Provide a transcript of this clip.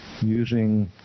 using